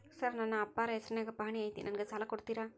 Sir ನನ್ನ ಅಪ್ಪಾರ ಹೆಸರಿನ್ಯಾಗ್ ಪಹಣಿ ಐತಿ ನನಗ ಸಾಲ ಕೊಡ್ತೇರಾ?